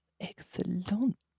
Excellent